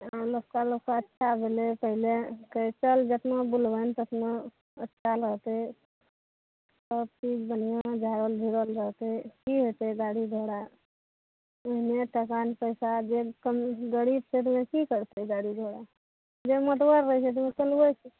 हँ लोकल लोकके अच्छा भेलय पहिले कहय चल जेतना बुलबैने तेतना अच्छा रहतय सब चीज बढिआँ झाड़ल झिरल रहतय की हेतय गाड़ी घोड़ा ओहिने टाका नहि पैसा जे कम गरीब छै तऽ उ की करतय गाड़ी घोड़ा जे मटबर रहय छै तऽ उ चलबय छै